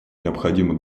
необходимо